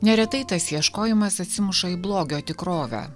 neretai tas ieškojimas atsimuša į blogio tikrovę